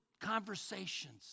conversations